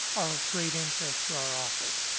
are of great interest to our office.